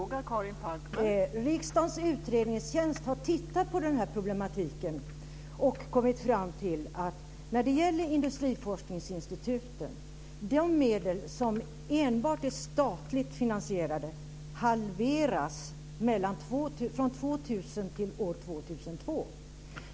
Fru talman! Riksdagens utredningstjänst har tittat på denna problematik och när det gäller industriforskningsinstituten kommit fram till att de projekt som enbart är statligt finansierade halveras från år 2000 till år 2002.